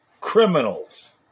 criminals